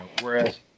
whereas